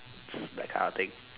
that kind of thing